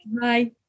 bye